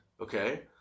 okay